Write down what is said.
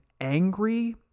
angry